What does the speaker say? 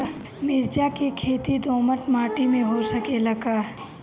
मिर्चा के खेती दोमट माटी में हो सकेला का?